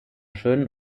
schönen